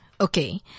Okay